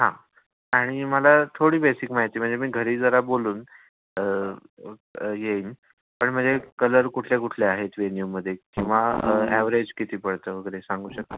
हां आणि मला थोडी बेसिक माहिती म्हणजे मी घरी जरा बोलून येईन पण म्हणजे कलर कुठल्या कुठले आहेत वेन्यूमध्ये किंवा ॲवरेज किती पडतं वगैरे सांगू शकता